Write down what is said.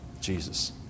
Jesus